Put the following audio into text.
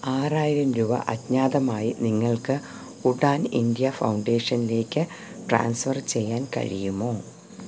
ആറായിരം രൂപ അജ്ഞാതമായി നിങ്ങൾക്ക് ഉഡാൻ ഇന്ത്യ ഫൗണ്ടേഷനിലേക്ക് ട്രാൻസ്ഫർ ചെയ്യാൻ കഴിയുമോ